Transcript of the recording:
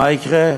מה יקרה?